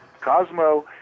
Cosmo